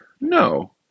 No